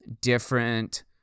different